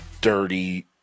dirty